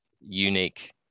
unique